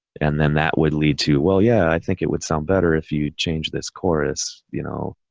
and then that would lead to, well, yeah, i think it would sound better if you changed this chorus, you know,